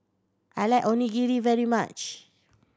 I like Onigiri very much